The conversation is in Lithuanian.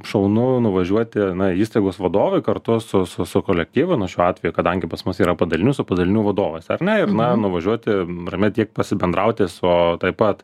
šaunu nuvažiuoti na įstaigos vadovui kartu su su su kolektyvu na šiuo atveju kadangi pas mus yra padalinių su padalinių vadovas ar ne ir na nuvažiuoti ramiai tiek pasibendrauti su taip pat